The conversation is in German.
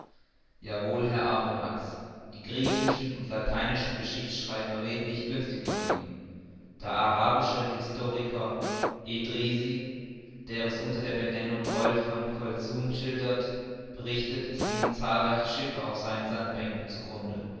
wohl herr arronax die griechischen und lateinischen geschichtschreiber reden nicht günstig von ihm der arabische historiker edrisi der es unter der benennung golf von colzun schildert berichtet es gingen zahlreiche schiffe auf seinen sandbänken zu